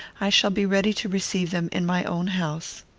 i shall be ready to receive them in my own house.